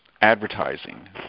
advertising